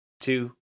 two